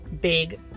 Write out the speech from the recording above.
big